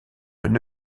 une